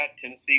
Tennessee